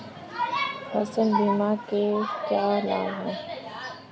फसल बीमा के क्या लाभ हैं?